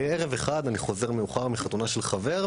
ערב אחד אני חוזר מאוחר מחתונה של חבר,